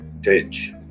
ditch